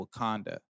Wakanda